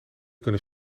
kunnen